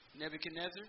Nebuchadnezzar